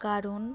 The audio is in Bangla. কারণ